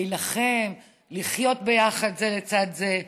להילחם, לחיות ביחד זה לצד זה.